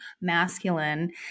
masculine